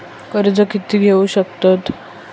कर्ज कीती घेऊ शकतत?